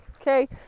Okay